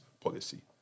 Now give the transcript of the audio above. policy